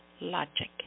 logic